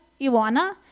Iwana